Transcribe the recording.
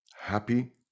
happy